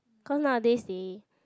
cause nowadays they